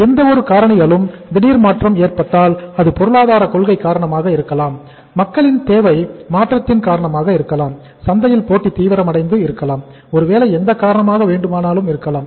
எந்தவொரு காரணிகளிலும் திடீர் மாற்றம் ஏற்பட்டால் அது பொருளாதார கொள்கை காரணமாக இருக்கலாம் மக்களின் தேவை மாற்றத்தின் காரணமாக இருக்கலாம் சந்தையில் போட்டி தீவிரமடைந்து இருக்கலாம் ஒருவேளை எந்த காரணமாக வேண்டுமானாலும் இருக்கலாம்